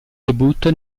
debutto